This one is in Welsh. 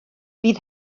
bydd